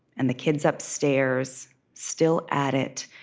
and the kids upstairs still at it,